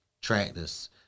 tractors